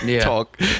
talk